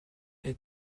est